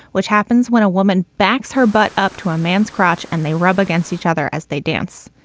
which happens when a woman backs her butt up to a man's crotch and they rub against each other as they dance.